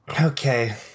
Okay